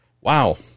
wow